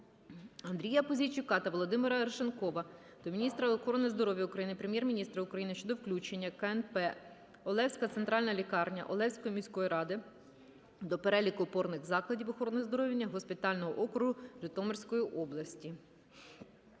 Андрія Пузійчука та Володимира Арешонкова до міністра охорони здоров'я України, Прем'єр-міністра України щодо включення КНП "Олевська центральна лікарня" Олевської міської ради до переліку опорних закладів охорони здоров'я госпітального округу Житомирської області.